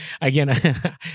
Again